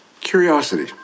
Curiosity